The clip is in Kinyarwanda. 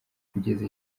kugeza